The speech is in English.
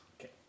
Okay